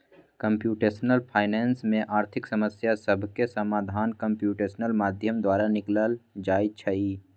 computational finance में आर्थिक समस्या सभके समाधान कंप्यूटेशनल माध्यम द्वारा निकालल जाइ छइ